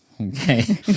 Okay